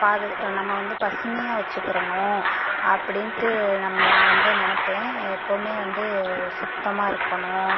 நம்ம வந்து பசுமையாக வச்சுகிறணும் அப்படின்ட்டு நம் நான் வந்து நெனைப்பேன் எப்போதுமே வந்து சுத்தமாக இருக்கணும்